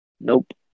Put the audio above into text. Nope